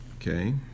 Okay